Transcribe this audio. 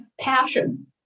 passion